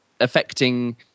affecting